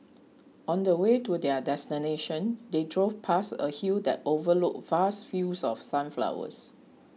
on the way to their destination they drove past a hill that overlooked vast fields of sunflowers